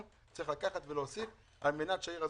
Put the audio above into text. אני חושב שהדבר הזה